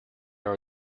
are